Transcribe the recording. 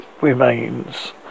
remains